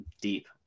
deep